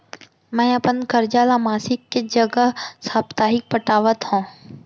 मै अपन कर्जा ला मासिक के जगह साप्ताहिक पटावत हव